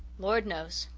lord knows,